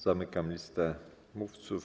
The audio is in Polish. Zamykam listę mówców.